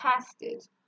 tested